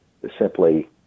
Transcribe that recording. simply